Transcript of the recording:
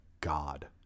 god